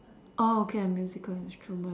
oh okay musical instrument